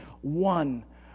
One